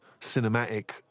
cinematic